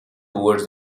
towards